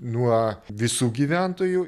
nuo visų gyventojų